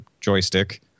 Joystick